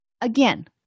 again